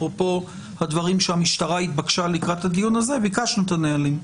אפרופו הדברים שהמשטרה התבקשה לקראת הדיון הזה ביקשנו את הנהלים,